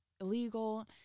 illegal